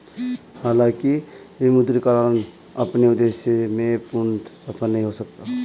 हालांकि विमुद्रीकरण अपने उद्देश्य में पूर्णतः सफल नहीं हो सका